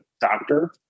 doctor